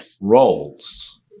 roles